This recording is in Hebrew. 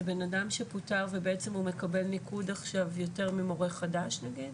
זה בן אדם שפוטר ובעצם הוא מקבל ניקוד עכשיו יותר ממורה חדש נגיד?